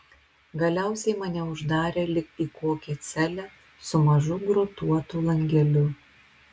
galiausiai mane uždarė lyg į kokią celę su mažu grotuotu langeliu